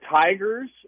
tigers